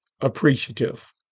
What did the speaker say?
appreciative